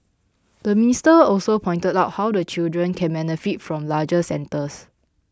the minister also pointed out how the children can benefit from larger centres